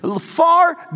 far